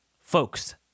folks